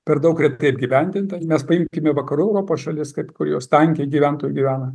per daug retai apgyvendinta mes paimkime vakarų europos šalis kaip kur jos tankiai gyventojai gyvena